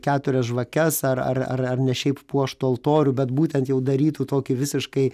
keturias žvakes ar ar ar ar ne šiaip puoštų altorių bet būtent jau darytų tokį visiškai